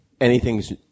anything's